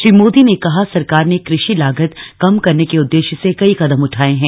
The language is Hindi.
श्री मोदी ने कहा सरकार ने कृ षि लागत कम करने के उद्देश्य से कई कदम उठाए हैं